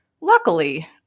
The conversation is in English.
Luckily